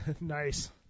Nice